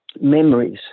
memories